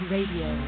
Radio